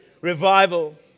revival